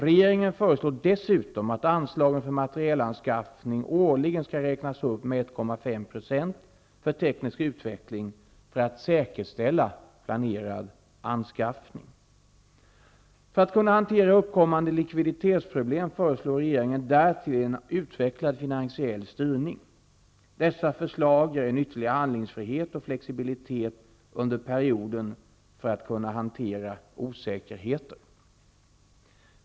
Regeringen föreslår dessutom att anslagen för materielanskaffning årligen skall räknas upp med För att kunna hantera uppkommande likviditetsproblem föreslår regeringen därtill en utvecklad finansiell styrning. Dessa förslag ger en ytterligare handlingsfrihet och flexibilitet under perioden för att kunna hantera osäkerheter.